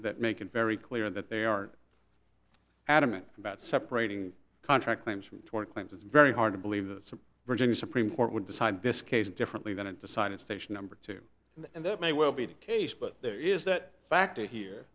that make it very clear that they are adamant about separating contract claims from tort claims it's very hard to believe that some virginia supreme court would decide this case differently than it decided station number two and that may well be the case but there is that factor he